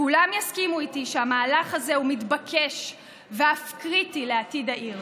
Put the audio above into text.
כולם יסכימו איתי שהמהלך הזה מתבקש ואף קריטי לעתיד העיר.